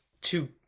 two